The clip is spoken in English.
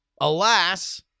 Alas